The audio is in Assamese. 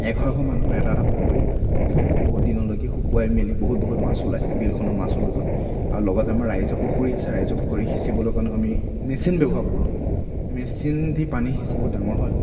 এঘৰ এঘৰ মানুহৰ এটা এটা পুখুৰী খাই বহুতদিনলৈকে শুকুৱাই মেলি বহুত মাছ ওলায় বিলখনত মাছো বহুত আৰু লগতে আমাৰ ৰাইজৰ পুখুৰী আছে ৰাইজৰ পুখুৰী সিঁচিবলৈ কাৰণেও আমি মেচিন ব্যৱহাৰ কৰোঁ মিচিন দি পানী সিঁচোঁ বহুত ডাঙৰ হয়